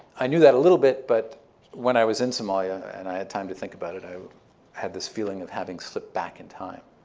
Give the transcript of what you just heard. i knew that a little bit. but when i was in somalia and i had time to think about it, i had this feeling of having slipped back in time.